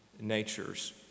natures